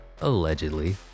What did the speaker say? Allegedly